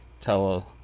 tell